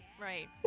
right